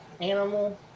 animal